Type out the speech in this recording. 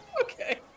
Okay